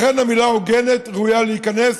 לכן המילה "הוגנת" ראויה להיכנס.